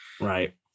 Right